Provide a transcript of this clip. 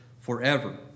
forever